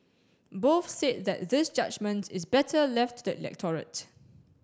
both said that this judgement is better left to the electorate